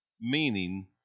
meaning